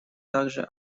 также